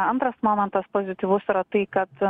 antras momentas pozityvus yra tai kad